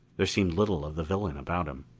there seemed little of the villain about him.